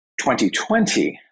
2020